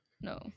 No